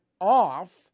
off